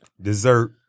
Dessert